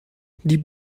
die